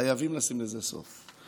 חייבים לשים לזה סוף.